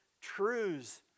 truths